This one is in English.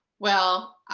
well,